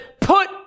put